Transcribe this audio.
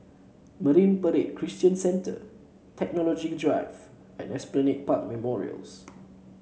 Marine Parade Christian Centre Technology Drive and Esplanade Park Memorials